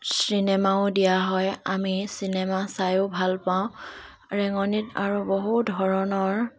চিনেমাও দিয়া হয় আমি চিনেমা চায়ো ভাল পাওঁ ৰেঙনিত আৰু বহুত ধৰণৰ